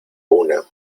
una